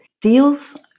deals